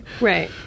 Right